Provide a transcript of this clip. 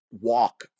walk